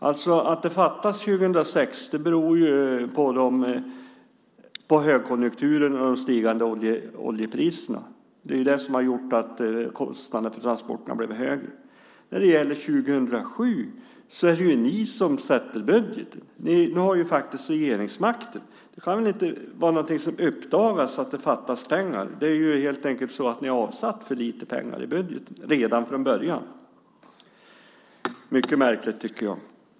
Att det fattades 2006 beror på högkonjunkturen och de stigande oljepriserna. Det har gjort att kostnaderna för transporterna har blivit högre. Men det är ni som lägger budgeten för 2007. Ni har ju faktiskt regeringsmakten. Det kan väl inte uppdagas att det fattas pengar. Det är helt enkelt så att ni har avsatt för lite pengar i budgeten redan från början. Jag tycker att det är mycket märkligt.